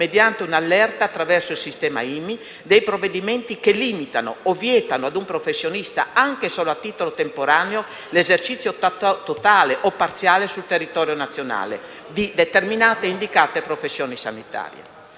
mediante un'allerta attraverso il sistema IMI, dei provvedimenti che limitano o vietano ad un professionista, anche solo a titolo temporaneo, l'esercizio totale o parziale sul territorio nazionale di indicate professioni sanitarie.